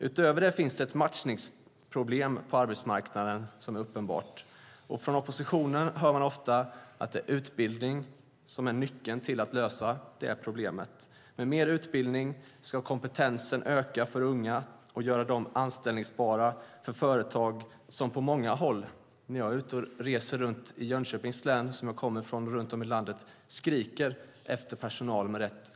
Utöver detta finns ett uppenbart matchningsproblem på arbetsmarknaden. Från oppositionen hör man ofta att det är utbildning som är nyckeln till att lösa det problemet. Med mer utbildning ska kompetensen öka för unga och göra dem anställbara för företag som på många håll skriker efter personal. Jag besöker många sådana företag när jag är ute och reser i Jönköpings län, som jag kommer från, och i resten av landet.